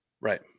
Right